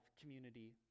community